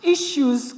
Issues